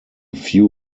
few